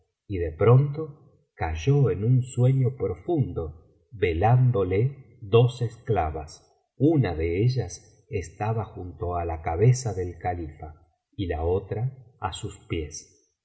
y de pronto cayó en un sueño profundo velándole dos esclavas una de ellas estaba junto á la cabeza del califa y la otra á sus pies